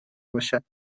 باشد